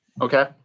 Okay